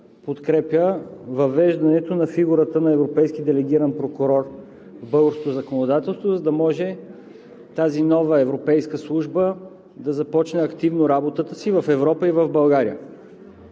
подкрепя въвеждането на фигурата на европейски делегиран прокурор в българското законодателство, за да може тази нова европейска служба да започне активно работата си в Европа и в България.